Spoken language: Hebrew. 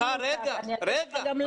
אני אגיד לך גם למה.